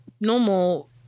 normal